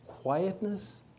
Quietness